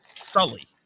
Sully